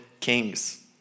kings